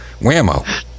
whammo